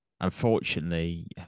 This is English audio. unfortunately